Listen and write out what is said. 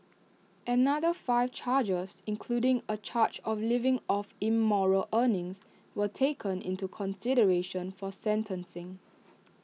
another five charges including A charge of living off immoral earnings were taken into consideration for sentencing